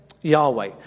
Yahweh